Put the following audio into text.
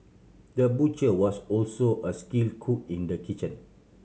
the butcher was also a skill cook in the kitchen